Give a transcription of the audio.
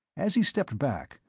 as he stepped back,